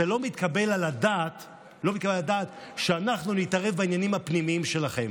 זה לא מתקבל על הדעת שאנחנו נתערב בעניינים הפנימיים שלכם.